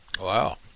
Wow